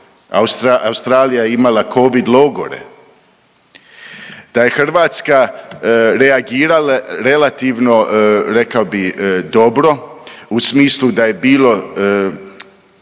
Australija je imala Covid logore. Da je Hrvatska reagirala relativno rekao bih dobro, u smislu da je bilo